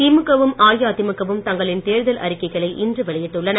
திமுக வும் அஇஅதிமுக வும் தங்களின் தேர்தல் அறிக்கைகளை இன்று வெளியிட்டுள்ளன